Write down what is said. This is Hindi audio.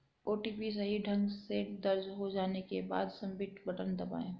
ओ.टी.पी सही ढंग से दर्ज हो जाने के बाद, सबमिट बटन दबाएं